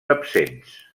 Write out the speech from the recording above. absents